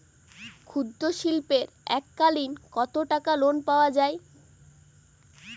ক্ষুদ্রশিল্পের এককালিন কতটাকা লোন পাওয়া য়ায়?